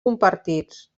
compartits